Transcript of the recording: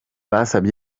basaba